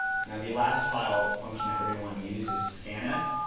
now the last file function that we're going to want to use is scanf,